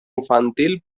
infantil